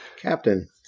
Captain